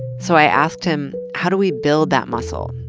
so i asked him. how do we build that muscle,